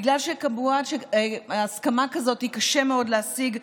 בגלל שהסכמה כזאת קשה מאוד להשיג,